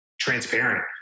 transparent